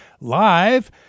live